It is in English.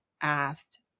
asked